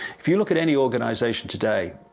if you look at any organization today,